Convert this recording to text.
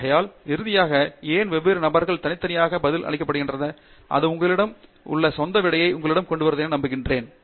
ஆகையால் இறுதியாக ஏன் வெவ்வேறு நபர்களால் தனித்தனியாக பதில் அளிக்கப்படுகிறதோ அது உங்களிடம் உங்களுடைய சொந்த விடையை உங்களிடம் கொண்டுவரும் என நம்புகிறேன்